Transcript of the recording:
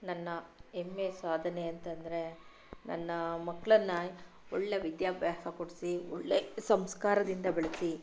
ನನ್ನ ಹೆಮ್ಮೆಯ ಸಾಧನೆ ಅಂತಂದರೆ ನನ್ನ ಮಕ್ಕಳನ್ನ ಒಳ್ಳೆಯ ವಿದ್ಯಾಭ್ಯಾಸ ಕೊಡಿಸಿ ಒಳ್ಳೆಯ ಸಂಸ್ಕಾರದಿಂದ ಬೆಳೆಸಿ